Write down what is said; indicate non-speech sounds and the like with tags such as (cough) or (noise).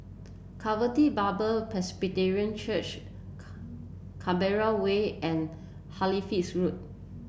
Calvaty Bible Presbyterian Church (noise) Canberra Way and Halifax Road